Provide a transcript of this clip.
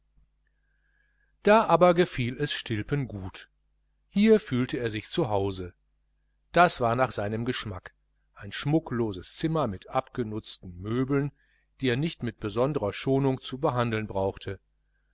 da aber gefiel es stilpen gut hier fühlte er sich zu hause das war nach seinem geschmack ein schmuckloses zimmer mit abgenutzten möbeln die er nicht mit besonderer schonung zu behandeln brauchte